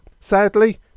Sadly